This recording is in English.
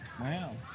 Wow